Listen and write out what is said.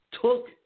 took